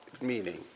meaning